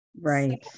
Right